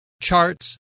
charts